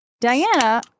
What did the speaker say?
Diana